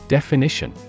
Definition